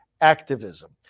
activism